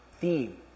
theme